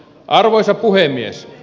arvoisa puhemies